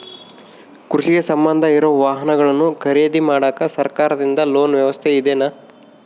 ಕೃಷಿಗೆ ಸಂಬಂಧ ಇರೊ ವಾಹನಗಳನ್ನು ಖರೇದಿ ಮಾಡಾಕ ಸರಕಾರದಿಂದ ಲೋನ್ ವ್ಯವಸ್ಥೆ ಇದೆನಾ?